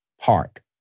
Park